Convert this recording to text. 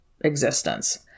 existence